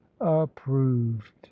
approved